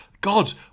God